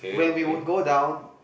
where we would go down